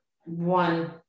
one